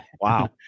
wow